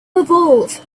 evolve